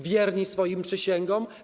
Wierni swoim przysięgom?